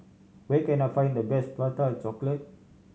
where can I find the best Prata Chocolate